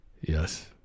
yes